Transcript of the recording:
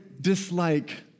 dislike